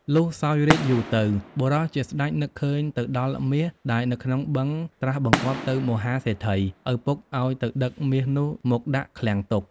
លុះសោយរាជ្យយូរ ទៅបុរសជាស្តេចនឹកឃើញទៅដល់មាស ដែលនៅក្នុងបឹងត្រាស់បង្គាប់ទៅមហាសេដ្ឋី ឪពុកអោយទៅដឹកមាសនោះមកដាក់ឃ្លាំងទុក ។